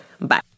Bye